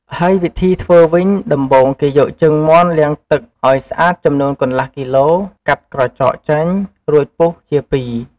ហើយវិធីធ្វើវិញ ដំបូងគេយកជើងមាន់លាងទឹកឱ្យស្អាតចំនួនកន្លះគីឡូ កាត់ក្រចកចេញ រួចពុះជាពីរ។